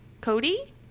Cody